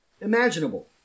imaginable